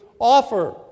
offer